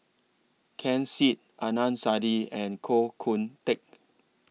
Ken Seet Adnan Saidi and Koh Teck